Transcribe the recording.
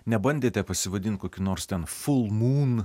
nebandėte pasivadint kokiu nors ten ful mūn